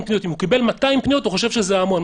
קריאות אם הוא קיבל 200 פניות והוא חושב שזה המון.